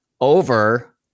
over